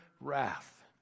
wrath